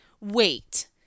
wait